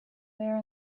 there